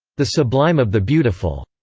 the sublime of the beautiful.